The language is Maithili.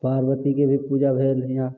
पार्बतीके भी पूजा भेल हियाँ